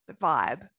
vibe